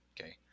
Okay